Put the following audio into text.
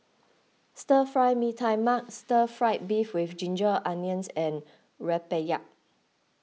Stir Fry Mee Tai Mak Stir Fried Beef with Ginger Onions and Rempeyek